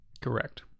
Correct